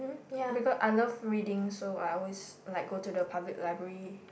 because I love reading so I always like go to the public library